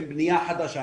עם בנייה חדשה,